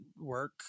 work